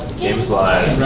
game's live?